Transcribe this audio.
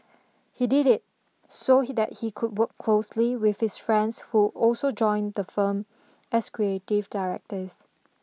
he did it so he that he could work closely with his friends who also joined the firm as creative directors